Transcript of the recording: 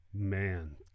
Man